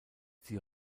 sie